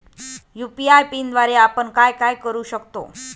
UPI पिनद्वारे आपण काय काय करु शकतो?